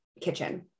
kitchen